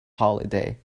holiday